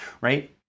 right